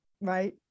right